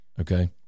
okay